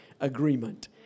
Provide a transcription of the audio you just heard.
agreement